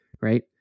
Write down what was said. right